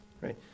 right